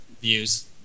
views